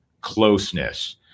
closeness